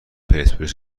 پرسپولیس